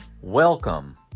welcome